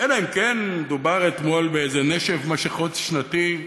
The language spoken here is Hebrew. אלא אם כן דובר אתמול באיזה נשף מסכות שנתי,